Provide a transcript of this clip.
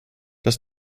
das